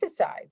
pesticides